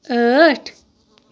ٲٹھ